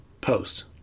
Post